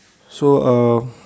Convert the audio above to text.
so uh